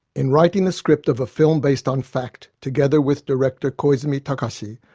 in writing the script of a film based on fact together with director koizumi takashi,